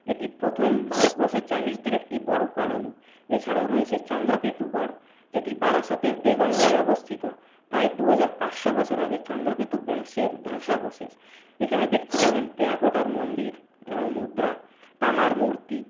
এটি প্রথম ভারতবর্ষে চাইনিজদের একটি বড়ো কলোনি এছাড়াও রয়েছে চন্দ্রকেতুগড় যেটি বারাসতের দেগঙ্গায় অবস্থিত প্রায় দুহাজার পাঁচশো বছর আগে চন্দ্রকেতু বংশের ধ্বংসাবশেষ এখানে দেখতে পাবেন টেরাকোটার মন্দির এবং মুদ্রা তামার মূর্তি